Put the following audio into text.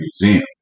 museum